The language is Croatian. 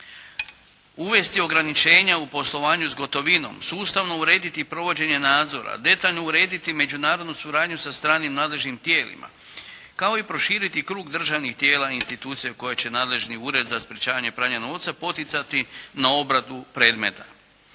uvesti ograničenja u poslovanju s gotovinom, sustavno urediti provođenje nadzora, detaljno urediti međunarodnu suradnju sa stranim nadležnim tijelima kao i proširiti krug državnih tijela i institucija koje će nadležni Ured za sprječavanje pranja novca poticati na obradu predmeta.